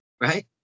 right